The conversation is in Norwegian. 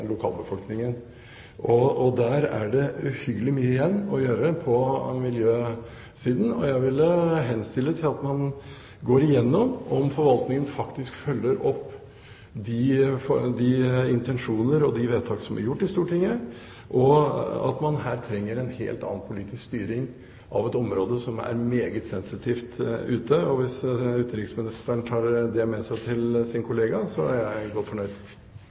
lokalbefolkningen. Det er uhyggelig mye igjen å gjøre på miljøsiden, og jeg vil henstille om at man går igjennom om forvaltningen faktisk følger opp Stortingets intensjoner og vedtak. Her trenger man en helt annen politisk styring av et område som er meget sensitivt der ute. Hvis utenriksministeren tar det med seg til sin kollega, så er jeg godt fornøyd.